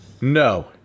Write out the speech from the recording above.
No